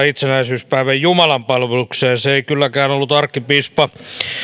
itsenäisyyspäivän jumalanpalvelukseen se ei kylläkään ollut arkkipiispa